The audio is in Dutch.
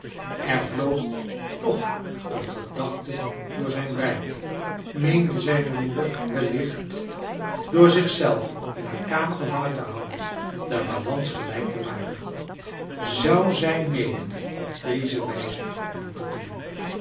er vloog nog een gedachte door zijn brein meende zijne moeder wellicht door zich zelve in haar kamer gevangen te houden de balans gelijk te maken zou zij meenen op deze wijze boete te doen